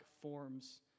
forms